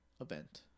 event